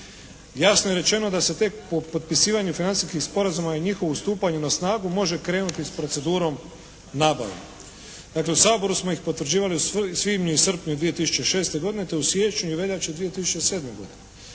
Jasno je rečeno da se tek po potpisivanju financijskih sporazuma i njihovu stupanju na snagu može krenuti s procedurom nabave. Dakle, u Saboru smo ih potvrđivali u svibnju i srpnju 2006. godine, te u siječnju i veljači 2007. godine.